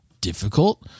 difficult